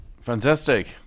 fantastic